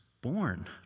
born